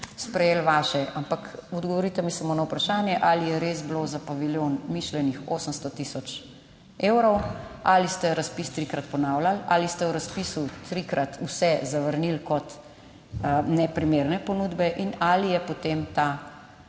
sprejeli vaše. Ampak odgovorite mi samo na vprašanje ali je res bilo za paviljon mišljenih 800000 evrov? Ali ste razpis trikrat ponavljali? Ali ste v razpisu trikrat vse zavrnili kot neprimerne ponudbe in ali je potem ta,